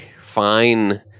fine